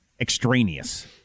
extraneous